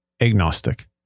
agnostic